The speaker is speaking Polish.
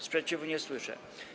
Sprzeciwu nie słyszę.